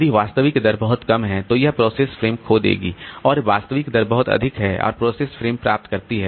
यदि वास्तविक दर बहुत कम है तो यह प्रोसेस फ्रेम खो देगी और यदि वास्तविक दर बहुत अधिक है और प्रोसेस फ्रेम प्राप्त करती है